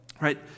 Right